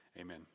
Amen